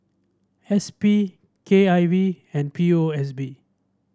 S P K I V and P O S B